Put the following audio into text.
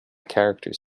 characters